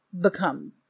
become